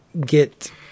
get